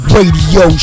Radio